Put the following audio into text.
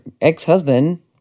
ex-husband